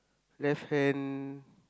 left hand